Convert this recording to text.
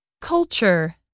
Culture